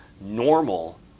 normal